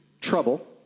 trouble